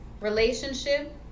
relationship